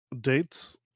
dates